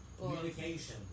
communication